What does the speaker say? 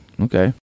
okay